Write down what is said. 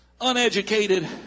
uneducated